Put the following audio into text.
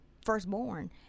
Firstborn